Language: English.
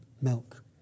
milk